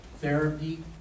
therapy